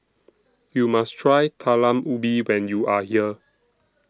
YOU must Try Talam Ubi when YOU Are here